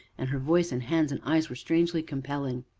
and her voice and hands and eyes were strangely compelling.